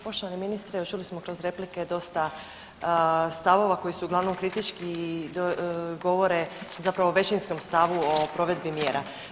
Poštovani ministre, čuli smo kroz replike dosta stavova koji su uglavnom kritički i govore o većinskom stavu o provedbi mjera.